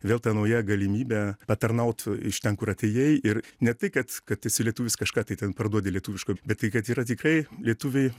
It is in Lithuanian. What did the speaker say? vėl ta nauja galimybė patarnaut iš ten kur atėjai ir ne tai kad kad esi lietuvis kažką tai ten parduodi lietuviško bet tai kad yra tikrai lietuviai